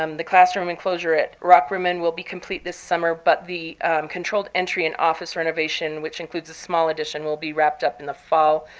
um the classroom enclosure at rockrimmon will be complete this summer, but the controlled entry and office renovation, which includes a small addition, will be wrapped up in the fall